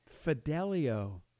Fidelio